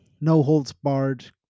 no-holds-barred